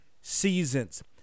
seasons